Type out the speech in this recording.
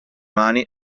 mani